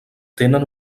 tenen